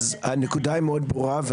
הנקודה מאוד ברורה.